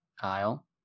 Kyle